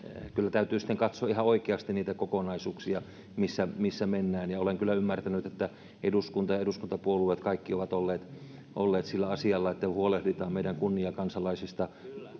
täytyy katsoa ihan oikeasti niitä kokonaisuuksia missä missä mennään ja olen kyllä ymmärtänyt että eduskunta ja eduskuntapuolueet kaikki ovat olleet olleet sillä asialla että huolehditaan meidän kunniakansalaisistamme